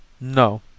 No